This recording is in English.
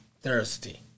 thirsty